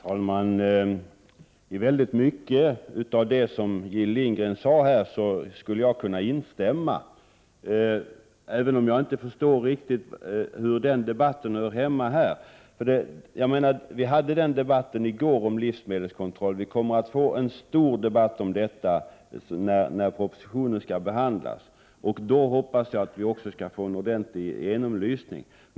Herr talman! I väldigt mycket av det som Jill Lindgren sade skulle jag kunna instämma, men jag förstår inte riktigt hur den debatten hör hemma här. Debatten om livsmedelskontroll hade vi ju i går, och vi kommer att få en stor debatt om detta när propositionen skall behandlas. Då hoppas jag att vi också skall få en ordentlig genomlysning.